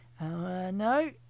No